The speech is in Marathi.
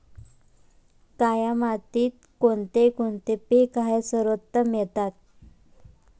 काया मातीत कोणते कोणते पीक आहे सर्वोत्तम येतात?